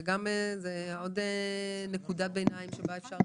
זאת עוד נקודה שבעיניי אפשר